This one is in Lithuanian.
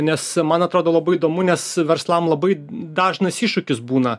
nes man atrodo labai įdomu nes verslam labai dažnas iššūkis būna